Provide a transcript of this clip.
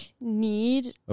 need